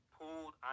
pulled